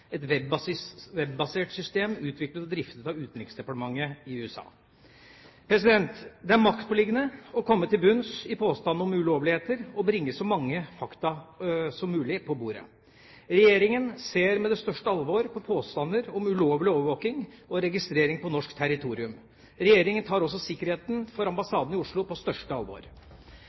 et webbasert system utviklet og driftet av utenriksdepartementet i USA. Det er maktpåliggende å komme til bunns i påstandene om ulovligheter og å bringe så mange fakta som mulig på bordet. Regjeringa ser med det største alvor på påstander om ulovlig overvåking og registrering på norsk territorium. Regjeringa tar også sikkerheten for ambassadene i Oslo på største alvor.